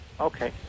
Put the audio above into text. Okay